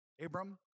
Abram